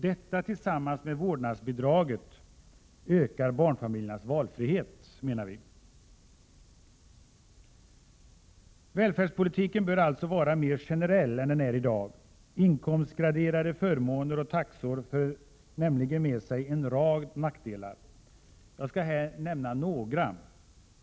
Detta tillsammans med vårdnadsbidraget ökar barnfamiljernas valfrihet, menar vi. Välfärdspolitiken bör alltså vara mer generell än den är i dag. Inkomstgra derade förmåner och taxor för nämligen med sig en rad nackdelar. Jag skall — Prot. 1987/88:129 här nämna några.